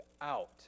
out